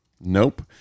nope